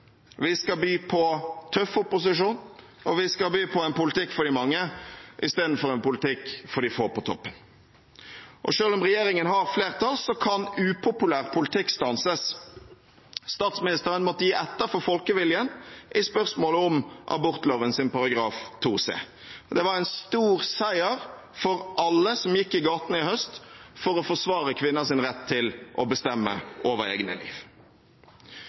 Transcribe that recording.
Vi skal by på tøff opposisjon, og vi skal by på en politikk for de mange, istedenfor en politikk for de få på toppen. Selv om regjeringen har flertall, kan upopulær politikk stanses. Statsministeren måtte gi etter for folkeviljen i spørsmålet om abortloven § 2 c. Det var en stor seier for alle som gikk i gatene i høst for å forsvare kvinners rett til å bestemme over eget liv.